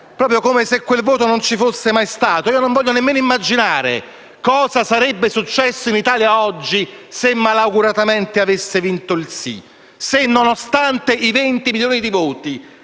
proprio come se quel voto non ci fosse mai stato. Non voglio neanche immaginare cosa sarebbe successo in Italia oggi se malauguratamente avesse vinto il sì, se nonostante i 20 milioni di voti